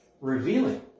revealing